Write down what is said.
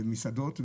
במסעדות,